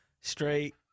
straight